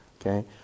okay